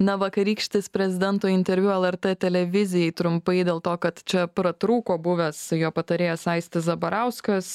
na vakarykštis prezidento interviu lrt televizijai trumpai dėl to kad čia pratrūko buvęs jo patarėjas aistis zabarauskas